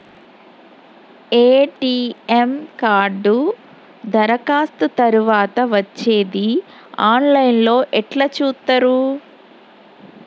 ATM card దరఖాస్తు తరువాత వచ్చేది ఆన్ లైన్ లో ఎట్ల చూత్తరు?